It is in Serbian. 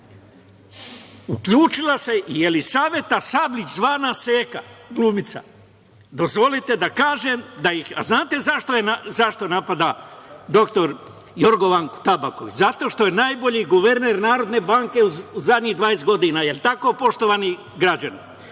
uključila se i Jelisaveta Sabljić, zvana Seka, glumica. Dozvolite da kažem… A da li znate zašto napada dr Jorgovanku Tabaković? Zato što je najbolji guverner Narodne banke u zadnjih 20 godina. Da li je tako, poštovani građani? Zašto